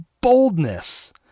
boldness